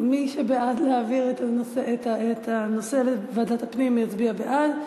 מי שבעד להעביר את הנושא לוועדת הפנים יצביע בעד,